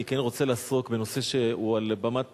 אני כן רוצה לעסוק בנושא שהוא על הבמה